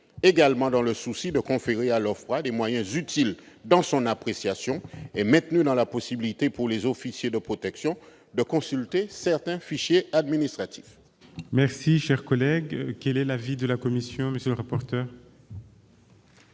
également eu le souci de conférer à cet office des moyens utiles dans son appréciation et souhaité maintenir la possibilité, pour les officiers de protection, de consulter certains fichiers administratifs.